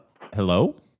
Hello